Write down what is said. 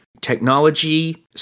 technology